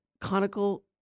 conical